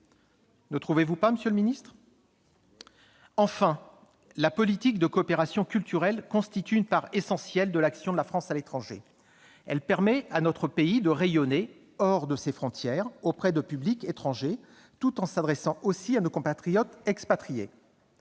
ne trouvez-vous pas, monsieur le ministre ? Enfin, la politique de coopération culturelle constitue une part essentielle de l'action de la France à l'étranger. Elle permet à notre pays de rayonner hors de ses frontières auprès de publics étrangers, tout en s'adressant aussi à nos compatriotes expatriés.